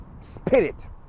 spirit